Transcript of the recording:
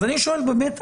אז אני שואל באמת,